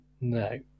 No